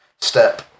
step